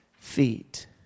feet